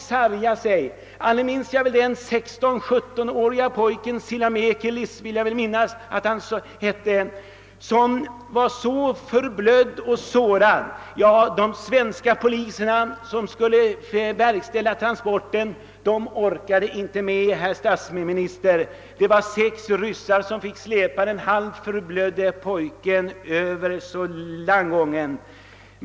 Allra tydligast minns jag den pojke på 16—17 år — Silamekelis vill jag minnas att han hette — som var så svårt sårad och förblödd att de svenska poliserna som skulle verkställa embarkeringen inte förmådde detta. I stället fick sex ryssar släpa den halvt förblödde pojken över landgången. Herr statsminister!